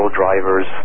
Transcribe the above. drivers